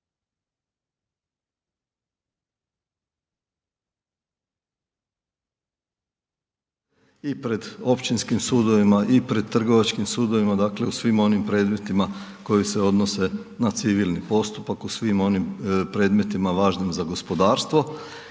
i pred općinskim sudovima i pred trgovačkim sudovima, dakle u svim onim predmetima koji se odnose na civilni postupak, u svim onim predmetima važnim za gospodarstvo